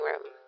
room